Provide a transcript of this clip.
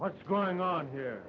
what's going on here